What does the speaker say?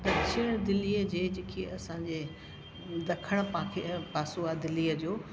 दक्षिण दिल्लीअ जे जेके असांजे दखण पासे पासो आहे दिल्लीअ जो